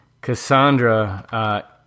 Cassandra